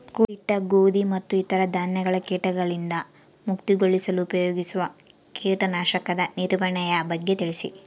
ಕೂಡಿಟ್ಟ ಗೋಧಿ ಮತ್ತು ಇತರ ಧಾನ್ಯಗಳ ಕೇಟಗಳಿಂದ ಮುಕ್ತಿಗೊಳಿಸಲು ಉಪಯೋಗಿಸುವ ಕೇಟನಾಶಕದ ನಿರ್ವಹಣೆಯ ಬಗ್ಗೆ ತಿಳಿಸಿ?